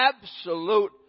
absolute